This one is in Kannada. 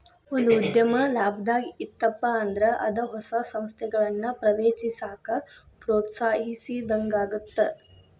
ಒಂದ ಉದ್ಯಮ ಲಾಭದಾಗ್ ಇತ್ತಪ ಅಂದ್ರ ಅದ ಹೊಸ ಸಂಸ್ಥೆಗಳನ್ನ ಪ್ರವೇಶಿಸಾಕ ಪ್ರೋತ್ಸಾಹಿಸಿದಂಗಾಗತ್ತ